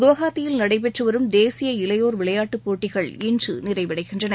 குவஹாத்தியில் நடைபெற்று வரும் தேசிய இளையோர் விளையாட்டுப் போட்டிகள் இன்று நிறைவடைகின்றன